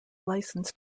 licensed